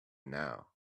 now